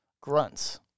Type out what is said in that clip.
grunts